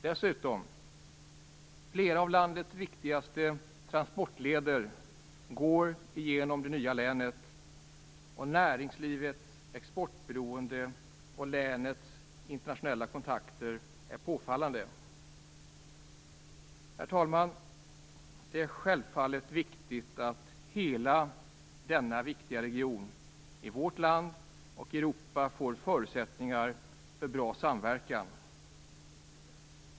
Dessutom går flera av landets viktigaste transportleder genom det nya länet. Näringslivets exportberoende och länets internationella kontakter är påfallande. Herr talman! Det är självfallet viktigt att hela denna viktiga region i vårt land och i Europa får förutsättningar för bra samverkan.